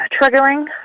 triggering